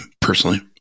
personally